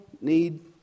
need